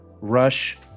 rush